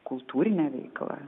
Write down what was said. kultūrinė veikla